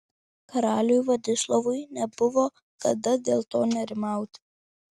karaliui vladislovui nebuvo kada dėl to nerimauti